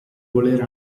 voler